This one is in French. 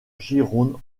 gironde